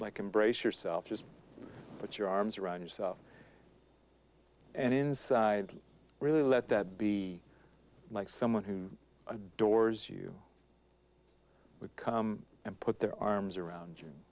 like embrace yourself just put your arms around yourself and inside really let that be like someone who adores you would come and put their arms around